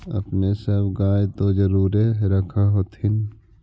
अपने सब गाय तो जरुरे रख होत्थिन?